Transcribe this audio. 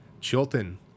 Chilton